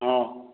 ହଁ